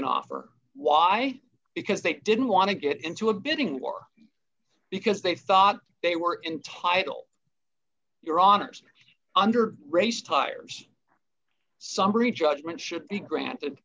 an offer why because they didn't want to get into a bidding war because they thought they were entitle your honour's under race tires summary judgment should be granted